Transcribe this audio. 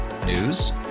News